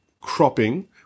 cropping